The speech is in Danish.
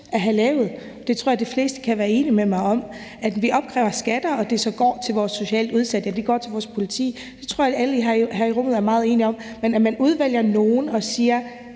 at lave. Det tror jeg de fleste kan være enige med mig i. Vi opkræver skatter, og det går så til vores socialt udsatte og til vores politi osv. Det tror jeg alle her i rummet er meget enige om. Men at man udvælger nogle og siger,